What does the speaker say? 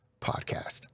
Podcast